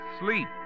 Sleep